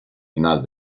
final